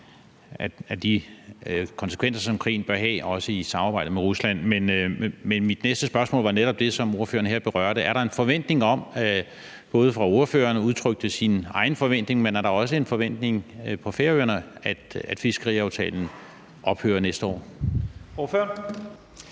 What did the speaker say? af de konsekvenser på sig, som krigen bør have, også hvad angår samarbejdet med Rusland. Men mit næste spørgsmål angår netop det, som ordføreren her berørte. Nu udtrykte ordføreren sin egen forventning, men er der også en forventning på Færøerne om, at fiskeriaftalen ophører næste år? Kl.